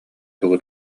тугу